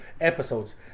episodes